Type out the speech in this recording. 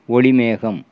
ஒலி மேகம்